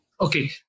Okay